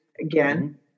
again